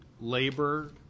labor